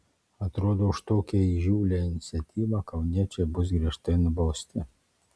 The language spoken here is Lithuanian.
atrodo už tokią įžūlią iniciatyvą kauniečiai bus griežtai nubausti